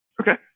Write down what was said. Okay